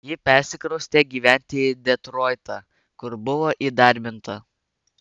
ji persikraustė gyventi į detroitą kur buvo įdarbinta